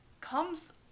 comes